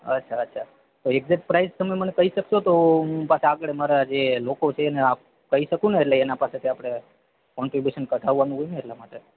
અચ્છા અચ્છા તો એકજેટ પ્રાઇસ તમે મને કહી શકશો તો હું પાછા આગળ મારા જે લોકો છે એને આ કહી શકું ને એટલે એના પાસેથી આપણે કોન્ટ્રિબ્યુશન કઢાવવાનું હોય ને એટલા માટે